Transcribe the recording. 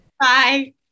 bye